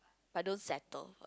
but don't settle